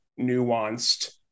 nuanced